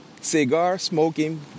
cigar-smoking